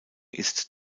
ist